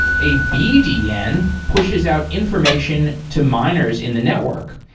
a bdn pushes out information to miners in the network.